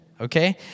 Okay